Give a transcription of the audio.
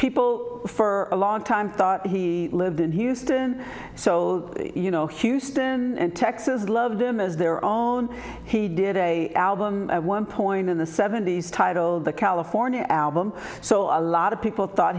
people for a long time thought he lived in houston so you know houston texas loved him as their own he did a album at one point in the seventy's titled the california album so a lot of people thought